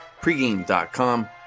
pregame.com